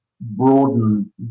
broaden